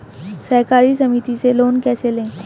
सहकारी समिति से लोन कैसे लें?